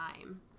time